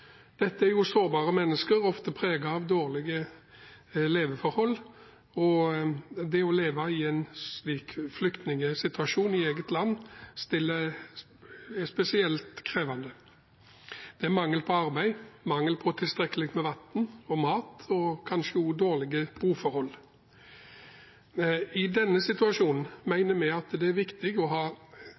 Dette er sårbare mennesker, ofte preget av dårlige leveforhold, og det å leve i en slik flyktningsituasjon i eget land er spesielt krevende. Det er mangel på arbeid, mangel på tilstrekkelig med vann og mat og kanskje også dårlige boforhold. I denne situasjonen mener vi at det er viktig å ha